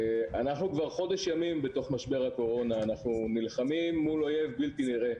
אנחנו כבר חודש ימים בתוך משבר הקורונה נלחמים מול אויב בלתי נראה,